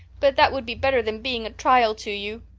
but that would be better than being a trial to you.